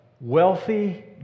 wealthy